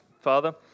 Father